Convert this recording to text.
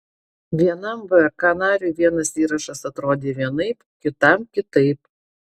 vienam vrk nariui vienas įrašas atrodė vienaip kitam kitaip